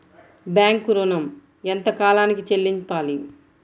Bank ఋణం ఎంత కాలానికి చెల్లింపాలి?